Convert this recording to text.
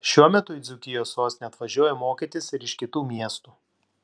šiuo metu į dzūkijos sostinę atvažiuoja mokytis ir iš kitų miestų